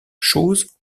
chose